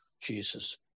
Jesus